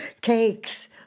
Cakes